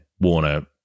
Warner